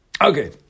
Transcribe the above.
Okay